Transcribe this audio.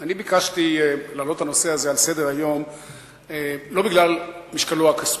אני ביקשתי להעלות את הנושא הזה על סדר-היום לא בגלל משקלו הכספי.